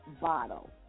bottle